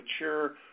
mature